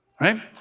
Right